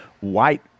white